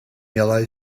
yellow